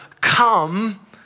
come